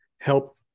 help